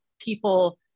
people